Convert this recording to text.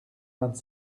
vingt